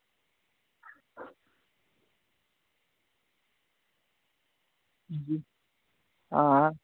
आं